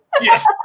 Yes